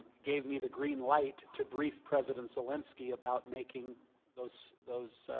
gave me the green light to brief president zelensky about making those those